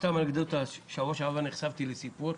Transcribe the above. אתחיל באנקדוטה: בשבוע שעבר נחשפתי לסיפור.